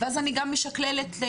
ואז אני גם משקללת את